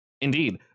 Indeed